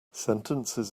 sentences